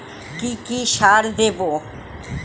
কি কি সার দেবো?